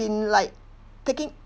been like taking